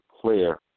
clear